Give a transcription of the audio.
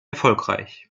erfolgreich